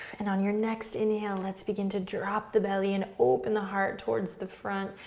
and on your next inhale let's begin to drop the belly and open the heart towards the front.